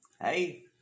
Hey